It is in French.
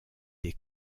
des